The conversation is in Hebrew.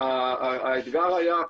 האתגר היה,